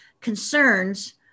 Concerns